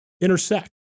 intersect